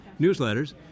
newsletters